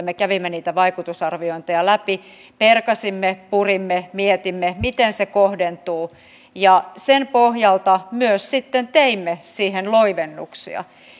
me kävimme niitä vaikutusarviointeja läpi perkasimme purimme mietimme miten se kohdentuu ja sen pohjalta myös sitten teimme siihen loivennuksia